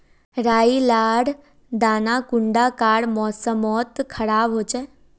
राई लार दाना कुंडा कार मौसम मोत खराब होचए?